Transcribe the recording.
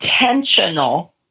intentional